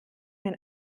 den